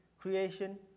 creation